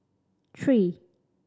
three